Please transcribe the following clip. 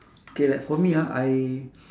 K like for me ah I